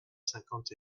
cinquante